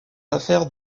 affaires